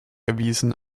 erwiesen